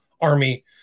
army